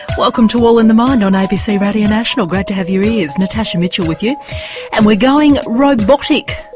welcome to all in the mind on abc radio national, great to have your ears, natasha mitchell with you and we're going robotic.